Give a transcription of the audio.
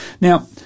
Now